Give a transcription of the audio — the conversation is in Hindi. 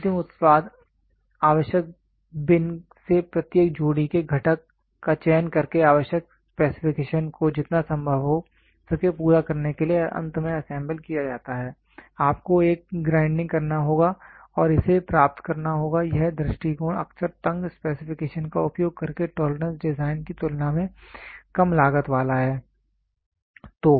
अंतिम उत्पाद आवश्यक बिन से प्रत्येक जोड़ी के घटक का चयन करके आवश्यक स्पेसिफिकेशन को जितना संभव हो सके पूरा करने के लिए अंत में असेंबल किया जाता है आपको एक ग्राइंडिंग करना होगा और इसे प्राप्त करना होगा यह दृष्टिकोण अक्सर तंग स्पेसिफिकेशन का उपयोग करके टॉलरेंस डिज़ाइन की तुलना में कम लागत वाला है